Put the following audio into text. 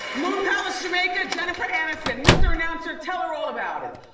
moon palace jamaica, jennifer aniston. mr. announcer tell her all about it.